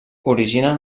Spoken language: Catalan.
originen